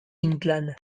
inclán